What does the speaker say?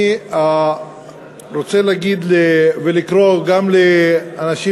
אני רוצה להגיד ולקרוא גם לאנשים